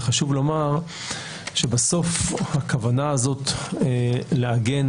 וחשוב לומר שבסוף הכוונה הזאת לעגן